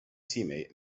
teammate